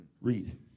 Read